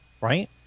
right